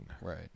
Right